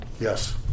Yes